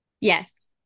Yes